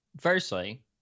Firstly